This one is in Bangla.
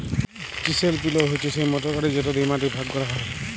চিসেল পিলও হছে সেই মটর গাড়ি যেট দিঁয়ে মাটিকে ভাগ ক্যরা হ্যয়